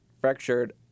fractured